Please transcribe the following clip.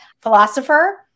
philosopher